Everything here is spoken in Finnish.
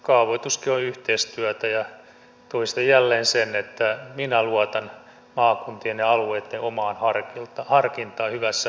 kaavoituskin on yhteistyötä ja toistan jälleen sen että minä luotan maakuntien ja alueitten omaan harkintaan hyvässä kaavoituksessa